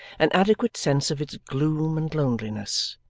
an adequate sense of its gloom and loneliness,